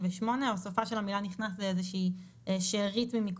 זה מתוך